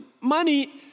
Money